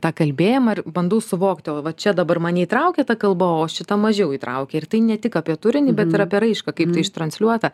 tą kalbėjimą ir bandau suvokti o va čia dabar mane įtraukė ta kalba o šita mažiau įtraukė ir tai ne tik apie turinį bet ir apie raišką kaip transliuota